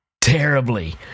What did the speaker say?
terribly